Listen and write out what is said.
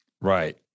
Right